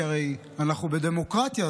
כי הרי אנחנו בדמוקרטיה,